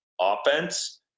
offense